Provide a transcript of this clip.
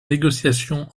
négociations